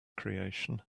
creation